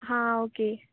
हां ओके